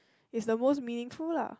is the most meaningful lah